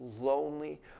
lonely